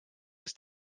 ist